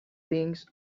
things